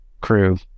crew